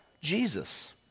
Jesus